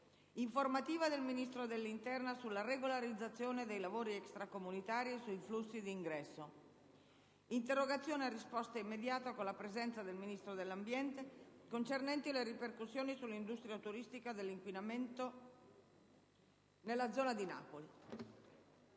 informativa del Ministro dell'interno sulla regolarizzazione dei lavoratori extracomunitari e sui flussi di ingresso; interrogazioni a risposta immediata - con la presenza del Ministro dell'ambiente - concernenti le ripercussioni sull'industria turistica dell'inquinamento nella zona di Napoli.